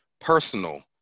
personal